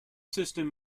system